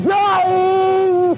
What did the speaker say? dying